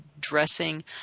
dressing